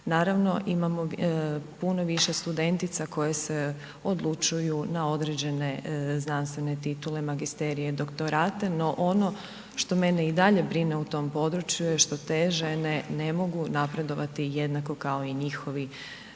Naravno imamo puno više studentica koje se odlučuju na određene znanstvene titule, magisterije, doktorate. No, ono što mene i dalje brine u tom području, je to što te žene ne mogu napredovati jednako kao i njihovi